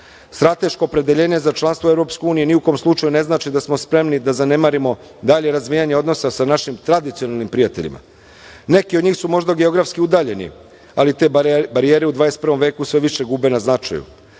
najviše. Strateško opredeljenje za članstvo u EU ni u kom slučaju ne znači da smo spremni da zanemarimo dalje razvijanje odnosa sa našim tradicionalnim prijateljima. Neki od njih su možda geografski udaljeni, ali te barijere u 21. veku sve više gube na značaju.